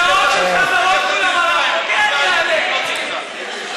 שעות של חזרות מול המראה, חכה,